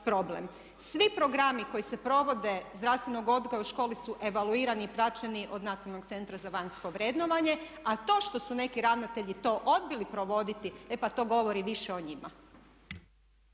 Svi programi koji se provode, zdravstvenog odgoja u školi su evaluirani i praćeni od Nacionalnog centra za vanjsko vrednovanje a to što su neki ravnatelji to odbili provoditi e pa to govori više o njima.